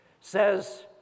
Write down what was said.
says